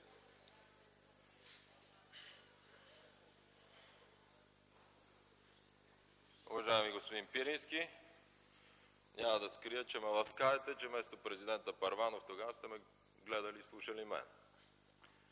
Уважаеми господин Пирински, няма да скрия, че ме ласкаете – че вместо президента Първанов тогава, сте ме гледали и слушали мен.